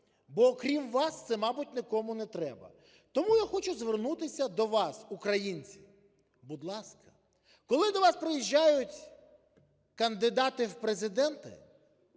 Бо окрім вас це, мабуть, нікому не треба. Тому я хочу звернутися до вас, українці. Будь ласка, коли до вас приїжджають кандидати в Президенти,